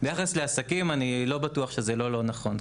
ביחס לעסקים אני לא בטוח שזה נכון.